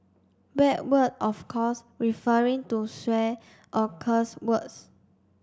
bad word of course referring to swear or curse words